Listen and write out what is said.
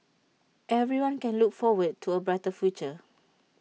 everyone can look forward to A brighter future